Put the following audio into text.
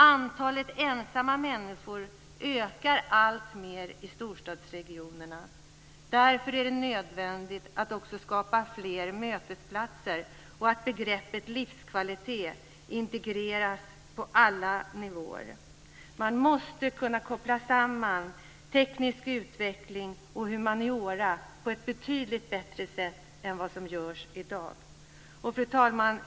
Antalet ensamma människor ökar alltmer i storstadsregionerna, därför är det nödvändigt att också skapa fler mötesplatser och att begreppet livskvalitet integreras på alla nivåer. Man måste kunna koppla samman teknisk utveckling och humaniora på ett betydligt bättre sätt än vad som görs i dag. Fru talman!